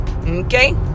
okay